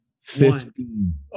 fifteen